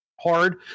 hard